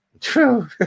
true